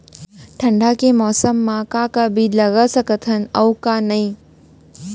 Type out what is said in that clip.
ठंडा के मौसम मा का का बीज लगा सकत हन अऊ का नही?